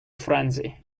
frenzy